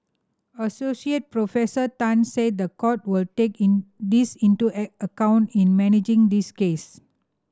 Associate Professor Tan said the court will take in this into a account in managing this case